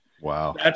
Wow